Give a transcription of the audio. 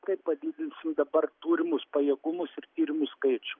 taip padidinsim dabar turimus pajėgumus ir tyrimų skaičių